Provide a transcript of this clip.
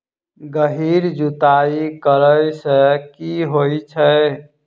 गहिर जुताई करैय सँ की होइ छै?